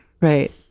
Right